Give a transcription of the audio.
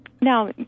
Now